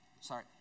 Sorry